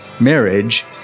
marriage